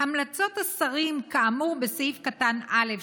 "המלצות השרים כאמור בסעיף קטן (א)",